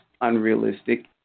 unrealistic